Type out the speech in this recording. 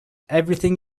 everything